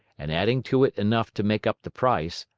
and adding to it enough to make up the price,